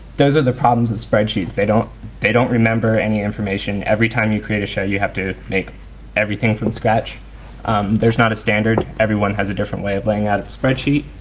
those are the problems with spreadsheets. they don't they don't remember any information. everytime you create show you have to make everything from scratch there's not a standard. everyone has a different way of laying out a spreadsheet.